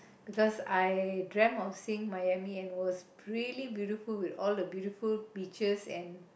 because I dreamt of seeing Miami and it was really beautiful with all the beautiful beaches and